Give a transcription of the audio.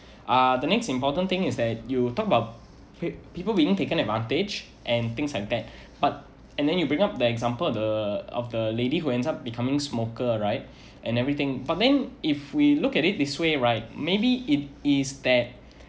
uh the next important thing is that you talk about pe~ people being taken advantage and things like that but and then you bring up the example of the of the lady who ends up becoming smoker right and everything but then if we look at it this way right maybe it is that